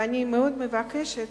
ואני מאוד מבקשת